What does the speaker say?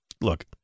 Look